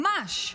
ממש.